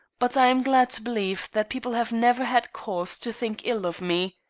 but i am glad to believe that people have never had cause to think ill of me.